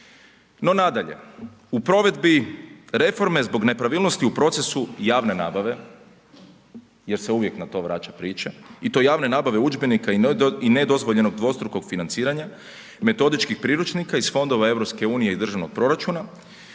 No nadalje u provedbi reforme zbog nepravilnosti u procesu javne nabave jer se uvijek na to vraća priča i to javne nabave udžbenika i nedozvoljenog dvostrukog financiranja i metodičkih priručnika iz fondova EU i državnog proračuna,